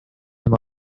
him